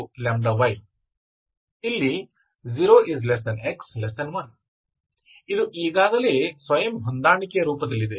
Ly ddxdydxλy 0x1 ಇದು ಈಗಾಗಲೇ ಸ್ವಯಂ ಹೊಂದಾಣಿಕೆಯ ರೂಪದಲ್ಲಿದೆ